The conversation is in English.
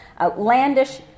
outlandish